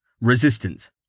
Resistance